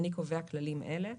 אני קובע כללים אלה: